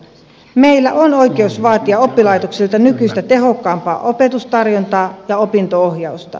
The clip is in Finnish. meillä on oikeus vaatia oppilaitoksilta nykyistä tehokkaampaa opetustarjontaa ja opinto ohjausta